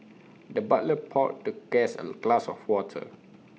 the butler poured the guest A glass of water